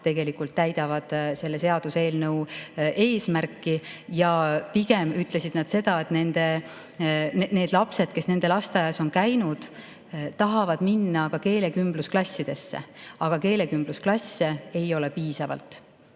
tegelikult täidavad selle seaduseelnõu eesmärki. Pigem ütlesid nad seda, et need lapsed, kes nende lasteaias on käinud, tahavad minna ka keelekümblusklassidesse, aga keelekümblusklasse ei ole piisavalt.